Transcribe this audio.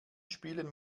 spielen